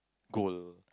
gold